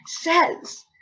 says